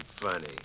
funny